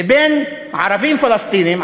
לבין ערבים פלסטינים,